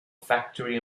factory